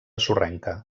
sorrenca